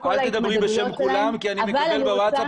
אל תדברי בשם כולם כי אני מקבל בווטסאפ